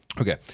Okay